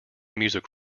music